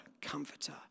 comforter